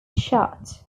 shot